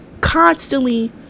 constantly